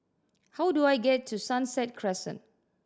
how do I get to Sunset Crescent